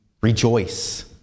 Rejoice